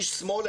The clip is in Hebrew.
איש שמאל,